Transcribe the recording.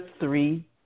three